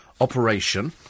operation